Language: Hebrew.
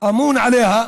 אמון עליה,